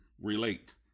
relate